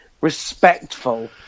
respectful